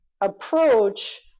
approach